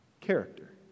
character